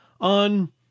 on